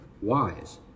wise